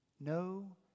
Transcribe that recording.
No